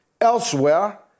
elsewhere